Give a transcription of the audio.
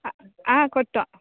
ಹಾಂ ಹಾಂ ಗೊತ್ತು